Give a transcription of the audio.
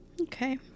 Okay